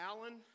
Alan